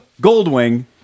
Goldwing